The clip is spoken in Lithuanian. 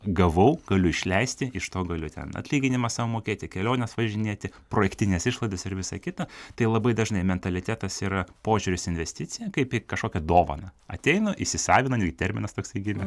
gavau galiu išleisti iš to galiu ten atlyginimą sau mokėti į keliones važinėti projektinės išlaidos ir visa kita tai labai dažnai mentalitetas yra požiūris į investiciją kaip į kažkokią dovaną ateinu įsisavinu lyg terminas toksai gimė